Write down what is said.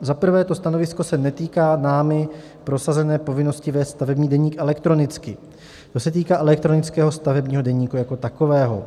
Za prvé, to stanovisko se netýká námi prosazené povinnosti vést stavební deník elektronicky, to se týká elektronického stavebního deníku jako takového.